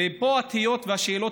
ופה התהיות והשאלות,